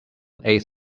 eight